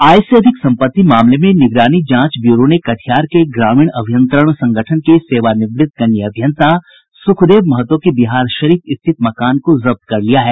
आय से अधिक सम्पत्ति के मामले में निगरानी जांच ब्यूरो ने कटिहार के ग्रामीण अभियंत्रण संगठन के सेवानिवृत्त कनीय अभियंता सुखदेव महतो के बिहारशरीफ स्थित मकान को जब्त कर लिया है